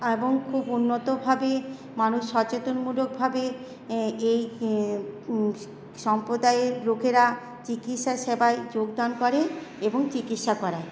এবং খুব উন্নতভাবে মানুষ সচেতনমূলকভাবে এই সম্পোদায়ের লোকেরা চিকিৎসা সেবায় যোগদান করে এবং চিকিৎসা করায়